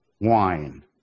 wine